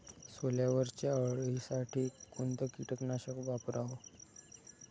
सोल्यावरच्या अळीसाठी कोनतं कीटकनाशक वापराव?